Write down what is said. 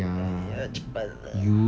!aiya! cepat lah